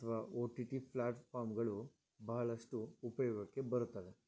ಅಥವಾ ಒಟಿಟಿ ಫ್ಲ್ಯಾಟ್ಫಾರ್ಮ್ಗಳು ಬಹಳಷ್ಟು ಉಪಯೋಗಕ್ಕೆ ಬರುತ್ತದೆ